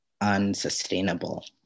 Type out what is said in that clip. unsustainable